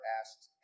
asked